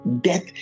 Death